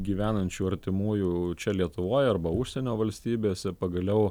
gyvenančių artimųjų čia lietuvoj arba užsienio valstybėse pagaliau